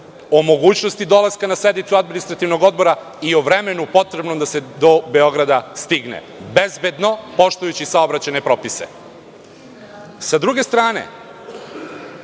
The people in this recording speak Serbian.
o mogućnosti dolaska na sednicu Administrativnog odbora i o vremenu potrebnom da se do Beograda stigne, bezbedno, poštujući saobraćajne propise.S druge strane,